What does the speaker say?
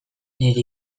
nire